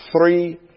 three